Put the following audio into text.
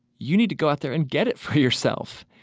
you need to go out there and get it for yourself.